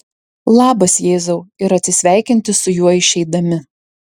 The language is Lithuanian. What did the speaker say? labas jėzau ir atsisveikinti su juo išeidami